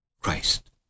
Christ